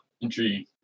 Intriguing